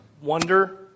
wonder